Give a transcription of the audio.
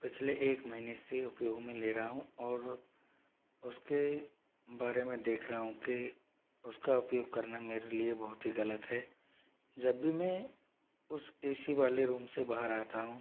पिछले एक महीने से उपयोग में ले रहा हूँ और उसके बारे में देख रहा हूँ कि उसका उपयोग करना मेरे लिए बहुत ही गलत है जब भी मैं उस ए सी वाले रूम से बाहर आता हूँ